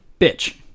bitch